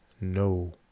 No